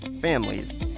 families